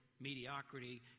mediocrity